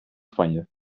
spanje